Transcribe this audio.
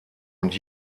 und